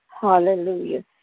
Hallelujah